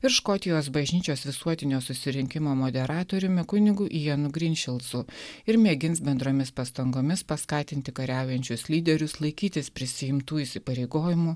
ir škotijos bažnyčios visuotinio susirinkimo moderatoriumi kunigu ianu grindčilsu ir mėgins bendromis pastangomis paskatinti kariaujančius lyderius laikytis prisiimtų įsipareigojimų